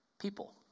people